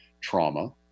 trauma